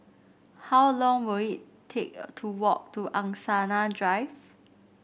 how long will it take to walk to Angsana Drive